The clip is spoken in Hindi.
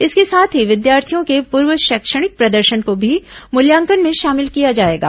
इसके साथ ही विद्यार्थियों के पूर्व शैक्षणिक प्रदर्शन को भी मूल्यांकन में शामिल किया जाएगा